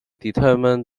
determined